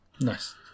nice